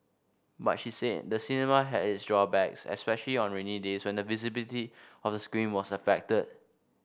but she said the cinema had its drawbacks especially on rainy days when the visibility of the screen was affected